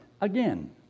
again